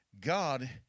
God